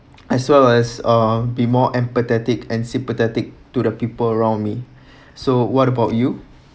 as well as uh be more empathetic and sympathetic to the people around me so what about you